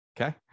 Okay